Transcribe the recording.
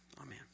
Amen